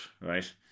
right